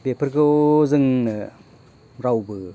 बेफोरखौ जोंनो रावबो